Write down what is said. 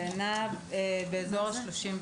בנושא טביעות זה נע בין 35